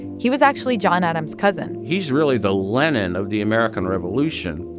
he was actually john adams' cousin he's really the lenin of the american revolution,